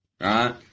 Right